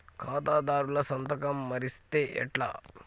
ఖాతాదారుల సంతకం మరిస్తే ఎట్లా?